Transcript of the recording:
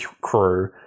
crew